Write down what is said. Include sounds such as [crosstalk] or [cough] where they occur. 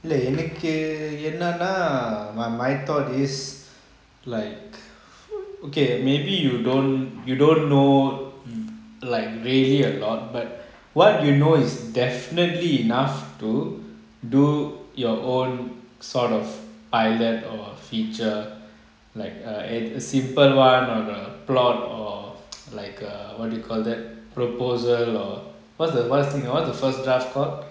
இல்ல என்னக்கு என்னனா:illa ennaku ennana my my thought is like what okay maybe you don't you don't know like really a lot but what you know is definitely enough to do your own sort of island or feature like err a~ a simple [one] or the plot or [noise] like uh what do you call that proposal or what's the wh~ what's the first draft called